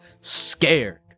scared